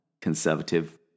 conservative